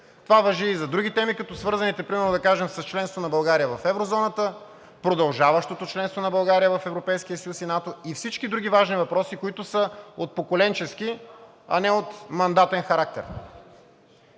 Това важи и за други теми, като свързаните примерно, да кажем, с членството на България в Еврозоната, продължаващото членство на България в Европейския съюз и НАТО и всички други важни въпроси, които са от поколенчески, а не от мандатен характер.